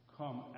come